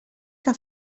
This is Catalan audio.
que